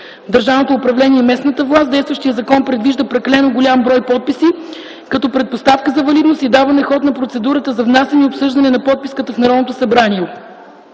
държавното управление и местната власт. Действащият закон предвижда прекалено голям брой подписи, като предпоставка за валидност и даване ход на процедурата за внасяне и обсъждане на подписката в Народното събрание.